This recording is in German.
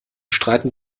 streiten